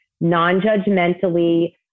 non-judgmentally